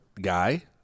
Guy